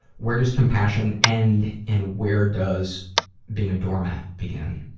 where does compassion end and where does being a doormat begin.